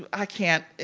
i can't.